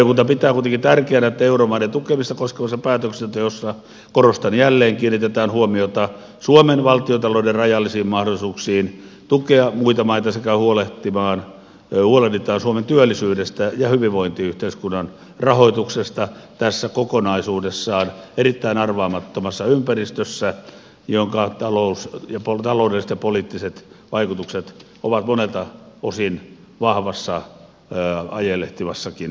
valiokunta pitää kuitenkin tärkeänä että euromaiden tukemista koskevassa päätöksenteossa korostan jälleen kiinnitetään huomiota suomen valtiontalouden rajallisiin mahdollisuuksiin tukea muita maita sekä huolehditaan suomen työllisyydestä ja hyvinvointiyhteiskunnan rahoituksesta tässä kokonaisuudessaan erittäin arvaamattomassa ympäristössä jonka taloudelliset ja poliittiset vaikutukset ovat monelta osin vahvassa ajelehtivassakin tilassa